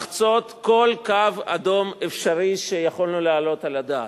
לחצות כל קו אדום אפשרי שיכולנו לעלות על הדעת,